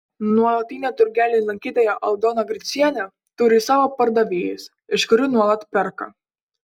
nuolatinė turgelių lankytoja aldona gricienė turi savo pardavėjus iš kurių nuolat perka